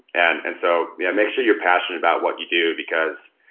and and so yeah make sure you're passionate about what you do, because